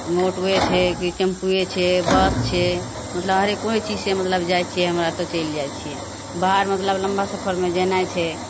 ऑटोए छै कि टेम्पुए छै बस छै मतलब हर कोइ चीजसे मतलब जाइ छिए हमरा तऽ चलि जाइ छिए बाहर मतलब लम्बा सफरमे जेनाइ छै